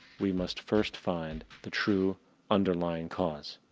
we must first find, the true underlying cause.